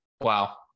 Wow